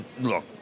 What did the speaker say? look